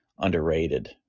underrated